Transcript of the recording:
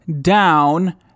down